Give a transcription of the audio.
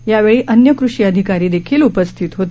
यावेळी अन्य कृषी अधिकारी देखील उपस्थित होते